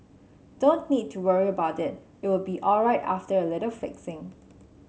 don't need to worry about it it will be alright after a little fixing